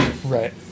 Right